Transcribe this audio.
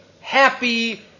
happy